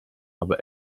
aber